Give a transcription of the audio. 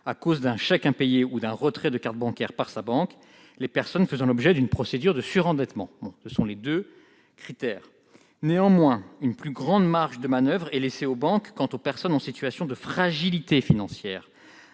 à cause d'un chèque impayé ou d'un retrait de carte bancaire par leur banque, et des personnes faisant l'objet d'une procédure de surendettement. Néanmoins, une plus grande marge de manoeuvre est laissée aux banques s'agissant des personnes en situation de fragilité financière.